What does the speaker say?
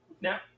Now